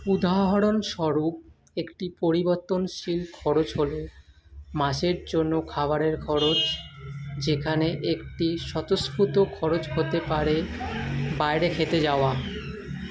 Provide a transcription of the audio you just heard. উদাহরণস্বরূপ একটি পরিবর্তনশীল খরচ হল মাসের জন্য খাবারের খরচ যেখানে একটি স্বতঃস্ফূর্ত খরচ হতে পারে বাইরে খেতে যাওয়া